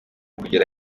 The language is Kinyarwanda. kugera